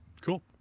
Cool